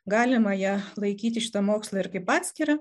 galima ją laikyti šitą mokslą ir kaip atskirą